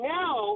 now